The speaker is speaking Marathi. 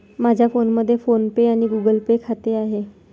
माझ्या फोनमध्ये फोन पे आणि गुगल पे खाते आहे